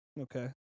Okay